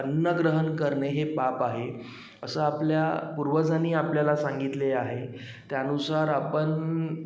अन्न ग्रहण करणे हे पाप आहे असं आपल्या पूर्वजांनी आपल्याला सांगितले आहे त्यानुसार आपण